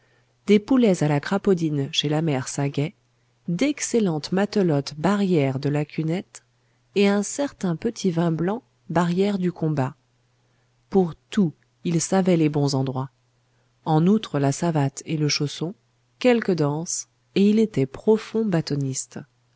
des poulets à la crapaudine chez la mère saguet d'excellentes matelotes barrière de la cunette et un certain petit vin blanc barrière du combat pour tout il savait les bons endroits en outre la savate et le chausson quelques danses et il était profond bâtonniste